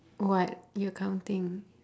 what you counting